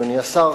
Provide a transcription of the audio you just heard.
אדוני השר,